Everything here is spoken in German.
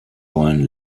wollen